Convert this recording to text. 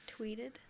Tweeted